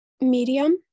medium